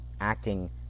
acting